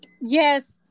yes